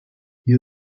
hier